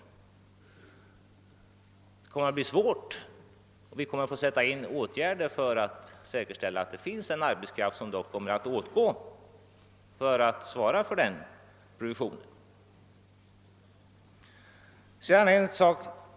Detta kommer att bli svårt, och vi kommer att vara tvungna att vidta särskilda åtgärder för att det verkligen skall finnas den arbetskraft som erfordras för att svara för produktionen.